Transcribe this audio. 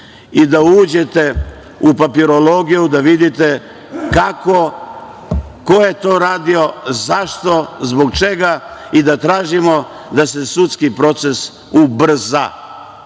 i da uđete u papirologiju, da vidite kako, ko je to radio, zašto, zbog čega i da tražimo da se sudski proces ubrza.